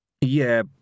Yeah